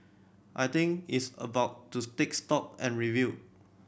I think it's about to stake stock and review